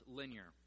linear